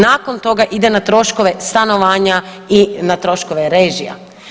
Nakon toga ide na troškove stanovanja i na troškove režija.